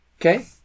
Okay